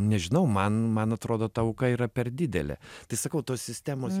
nežinau man man atrodo ta auka yra per didelė tai sakau tos sistemos